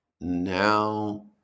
now